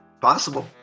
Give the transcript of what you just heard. Possible